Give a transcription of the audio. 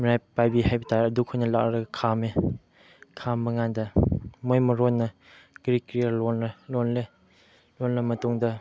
ꯃꯩꯔꯥ ꯄꯥꯏꯕꯤ ꯍꯥꯏꯕꯇꯥꯔꯦ ꯑꯗꯨꯈꯣꯏꯅ ꯂꯥꯛꯂꯒ ꯈꯥꯝꯃꯦ ꯈꯥꯝꯕꯀꯥꯟꯗ ꯃꯣꯏ ꯃꯔꯣꯟꯅ ꯀꯔꯤ ꯀꯔꯤꯔꯥ ꯂꯣꯜꯂ ꯂꯣꯜꯂꯦ ꯂꯣꯜꯂ ꯃꯇꯨꯡꯗ